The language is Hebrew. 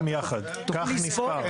גם יחד, כך נספר.